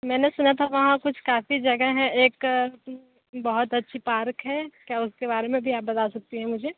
मैंने सुना था वहाँ कुछ काफ़ी जगह है एक बहुत अच्छी पार्क है क्या उसके बारे में भी आप बता सकती हैं मुझे